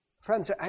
friends